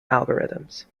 algorithms